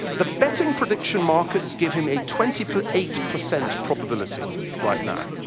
the betting prediction markets give him a twenty eight percent probability right now,